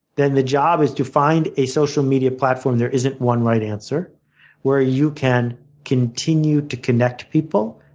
then the job is to find a social media platform there isn't one right answer where you can continue to connect people,